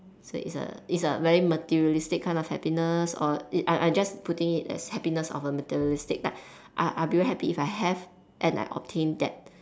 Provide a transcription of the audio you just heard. so it's a it's a very materialistic kind of happiness or I I I just just putting it as happiness of a materialistic like I I will be very happy if I have and I obtained that